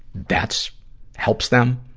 that's helps them.